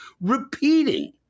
repeating